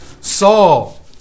Saul